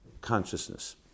consciousness